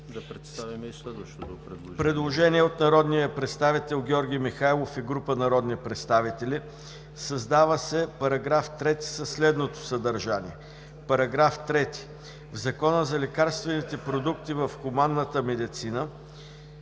Предложение на народния представител Георги Михайлов и група народни представители: „Създава се § 3 със следното съдържание: „§ 3. В Закона за лекарствените продукти в хуманната медицина